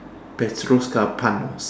petros carpen